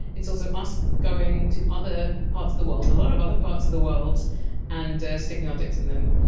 it's also us going to other parts of the world, a lot of other parts of the world and a sticking our dicks in them.